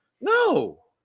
No